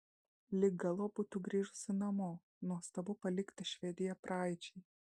lyg galop būtų grįžusi namo nuostabu palikti švediją praeičiai